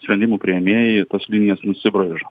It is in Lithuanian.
sprendimų priėmėjai tas linijas nusibraižo